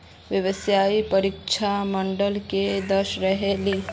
व्यावसायिक परीक्षा मंडल के सदस्य रहे ली?